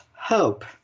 hope